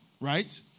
Right